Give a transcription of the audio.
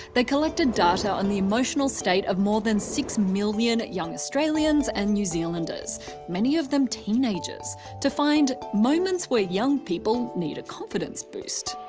they collected data on the emotional state of more than six million young australian and new zealanders many of them teenagers to find moments when young people need a confidence boost.